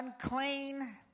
unclean